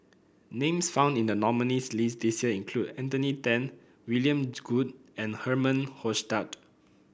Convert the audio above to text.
names found in the nominees' list this year include Anthony Then William Goode and Herman Hochstadt